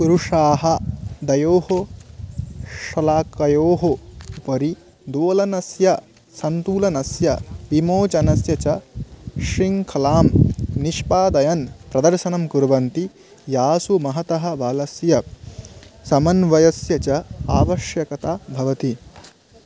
पुरुषाः द्वयोः शलाकयोः उपरि दोलनस्य संतुलनस्य विमोचनस्य च श्रृङ्खलां निष्पादयन् प्रदर्शनं कुर्वन्ति यासु महतः बलस्य समन्वयस्य च आवश्यकता भवति